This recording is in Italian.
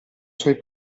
suoi